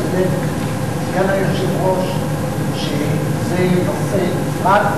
צודק סגן היושב-ראש שזה נושא נפרד,